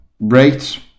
rate